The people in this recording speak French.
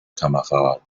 camarade